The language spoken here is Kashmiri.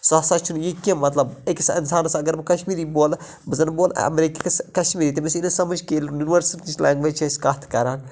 سُہ ہَسا چھُنہٕ یہِ کیٚنٛہہ مطلب أکِس اِنسانَس اگر بہٕ کَشمیٖری بولہٕ بہِ زَن بولہٕ اَمریکہِ کِس کشمیٖری تٔمِس ییہِ نہٕ سَمٕج کِہیٖنۍ یوٗنِؤرسَل لینگویٚجِچ چھِ أسۍ کَتھ کَران